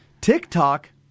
TikTok